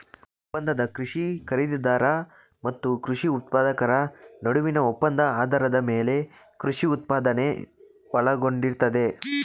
ಒಪ್ಪಂದದ ಕೃಷಿ ಖರೀದಿದಾರ ಮತ್ತು ಕೃಷಿ ಉತ್ಪಾದಕರ ನಡುವಿನ ಒಪ್ಪಂದ ಆಧಾರದ ಮೇಲೆ ಕೃಷಿ ಉತ್ಪಾದನೆ ಒಳಗೊಂಡಿರ್ತದೆ